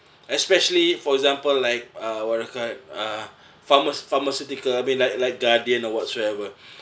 especially for example like uh what do you call that uh pharma~ pharmaceutical I mean like like guardian or whatsoever